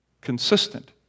consistent